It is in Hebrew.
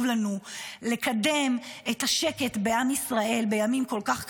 לנו לקדם את השקט בעם ישראל בימים כל כך קשים,